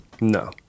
No